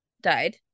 died